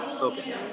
Okay